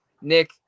Nick